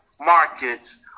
markets